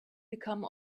become